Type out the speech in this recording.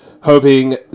Hoping